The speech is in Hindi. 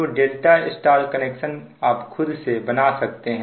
तो ∆ Y कनेक्शन आप खुद से बना सकते हैं